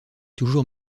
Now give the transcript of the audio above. toujours